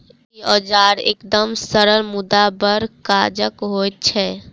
ई औजार एकदम सरल मुदा बड़ काजक होइत छै